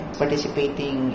participating